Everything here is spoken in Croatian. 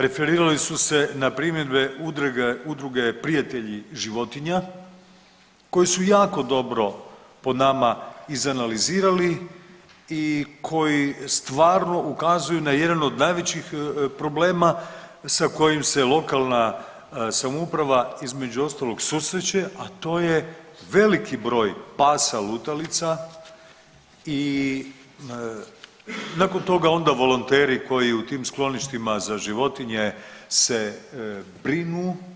Referirali su se na primjedbe Udruge prijatelji životinja koji su jako dobro po nama izanalizirali i koji stvarno ukazuju na jedan od najvećih problema sa kojim se lokalna samouprava između ostalog susreće, a to je veliki broj pasa lutalica i nakon toga onda volonteri koji u tim skloništima za životinje se brinu.